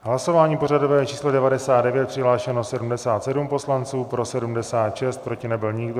Hlasování pořadové číslo 99, přihlášeno 77 poslanců, pro 76, proti nebyl nikdo.